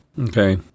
Okay